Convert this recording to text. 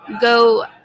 go